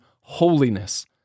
holiness